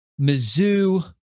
Mizzou